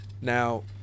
Now